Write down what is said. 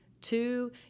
two